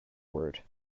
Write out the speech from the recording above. word